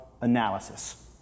analysis